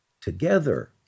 Together